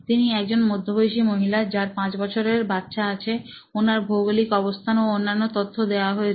তিনি একজন মধ্যবয়সী মহিলা যার 5 বছরের বাচ্চা আছে ওনার ভৌগলিক অবস্থান ও অন্যান্য তথ্য দেওয়া হয়েছে